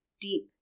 deep